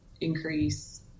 increase